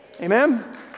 Amen